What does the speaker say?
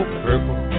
purple